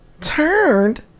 turned